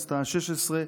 בכנסת השש-עשרה,